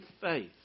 faith